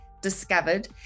discovered